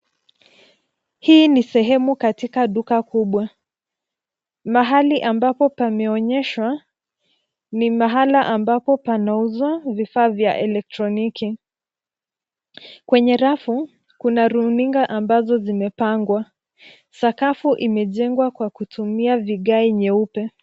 Hii ni sehemu katika duka kubwa. Mahali ambapo pameonyeshwa ni mahala ambapo panauzwa vifaa vya elektroniki. Kwenye rafu, kuna runinga ambazo zimepangwa. Sakafu imejengwa kwa kutumia vigae nyeupe.